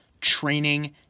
training